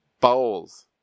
Bowls